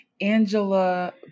Angela